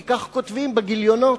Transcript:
כי כך כותבים בגיליונות,